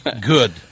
Good